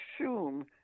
assume